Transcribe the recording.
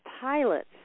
pilots